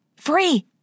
Free